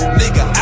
nigga